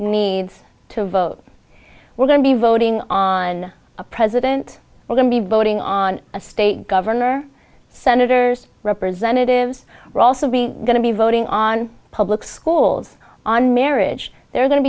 needs to vote we're going to be voting on a president we're going to be voting on a state governor senators representatives are also be going to be voting on public schools on marriage there